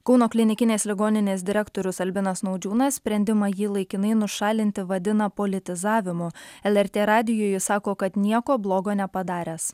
kauno klinikinės ligoninės direktorius albinas naudžiūnas sprendimą jį laikinai nušalinti vadina politizavimu lrt radijui jis sako kad nieko blogo nepadaręs